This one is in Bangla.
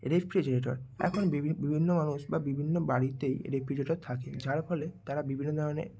রেফ্রিজারেটর এখন বিভিন্ন মানুষ বা বিভিন্ন বাড়িতেই রেফ্রিজারেটর থাকে যার ফলে তারা বিভিন্ন ধরনের